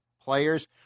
players